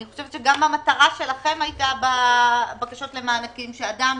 אני חושבת שגם המטרה שלכם היתה בבקשות למענקים שאדם